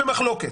במחלוקת,